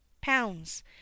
pounds